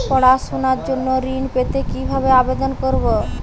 পড়াশুনা জন্য ঋণ পেতে কিভাবে আবেদন করব?